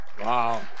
Wow